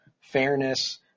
fairness